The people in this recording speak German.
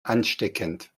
ansteckend